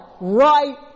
right